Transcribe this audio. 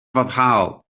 foddhaol